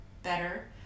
Better